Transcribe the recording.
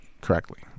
correctly